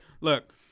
look